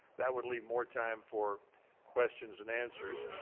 that would leave more time for questions and answers.